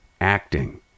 Acting